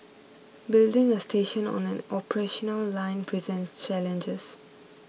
building a station on an operational line presents challenges